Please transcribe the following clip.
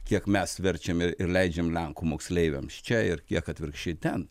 kiek mes verčiam ir ir leidžiam lenkų moksleiviams čia ir kiek atvirkščiai ten